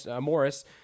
Morris